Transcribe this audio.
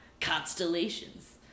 constellations